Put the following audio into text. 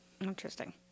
Interesting